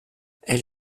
elle